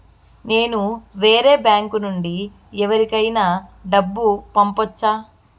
నేను వేరే బ్యాంకు నుండి ఎవరికైనా డబ్బు పంపొచ్చా?